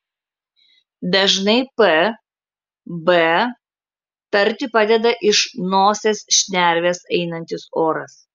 dažnai p b tarti padeda iš nosies šnervės einantis oras